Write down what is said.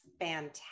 fantastic